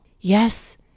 Yes